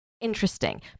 interesting